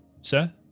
Sir